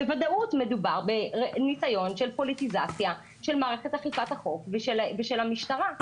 בוודאות מדובר בניסיון של פוליטיזציה של מערכת אכיפת החוק ושל המשטרה.